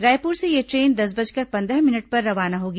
रायपुर से यह ट्रेन दस बजकर पंद्रह मिनट पर रवाना होगी